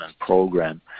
program